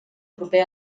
proper